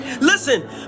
Listen